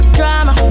drama